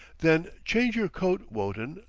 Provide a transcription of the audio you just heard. then change your coat, wotton,